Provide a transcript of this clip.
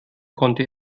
konnte